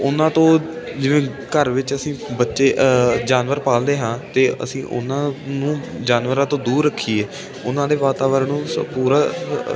ਉਹਨਾਂ ਤੋਂ ਜਿਵੇਂ ਘਰ ਵਿੱਚ ਅਸੀਂ ਬੱਚੇ ਜਾਨਵਰ ਪਾਲਦੇ ਹਾਂ ਅਤੇ ਅਸੀਂ ਉਹਨਾਂ ਨੂੰ ਜਾਨਵਰਾਂ ਤੋਂ ਦੂਰ ਰੱਖੀਏ ਉਹਨਾਂ ਦੇ ਵਾਤਾਵਰਨ ਨੂੰ ਪੂਰਾ